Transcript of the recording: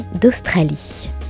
d'Australie